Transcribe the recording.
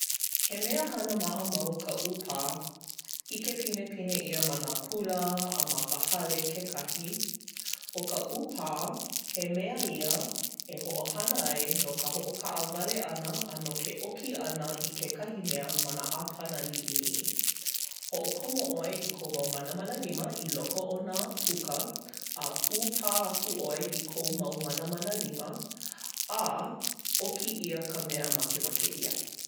He mea hana maʻamau ka ʻūpā. ʻIke pinepine ʻia ma nā kula a ma ka hale kekahi. ʻO ka ʻūpā, he mea ia e hoʻohana ai no ka hoʻokaʻawale ʻana a no ke ʻoki ʻana i kekahi mea ma nā ʻāpana liʻiliʻi. Hoʻokomo ʻoe i kou mau manamana lima i loko o nā puka, a ʻūpā aku ʻoe i kou mau manamana lima. A ʻoki ʻia ka mea makemake ʻia.